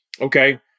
Okay